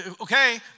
Okay